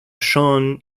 john